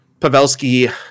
Pavelski